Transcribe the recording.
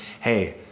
hey